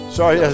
Sorry